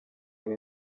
imwe